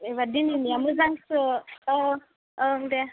एबार दिनैनिया मोजांसो औ ओं दे